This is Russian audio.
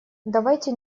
давайте